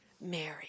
Mary